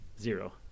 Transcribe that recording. Zero